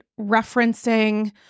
referencing